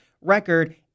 record